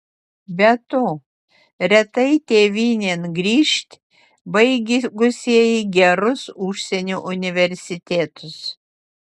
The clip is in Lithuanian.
be to retai tėvynėn grįžt baigusieji gerus užsienio universitetus